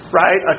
right